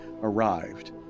arrived